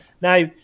Now